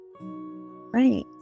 Right